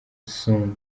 sung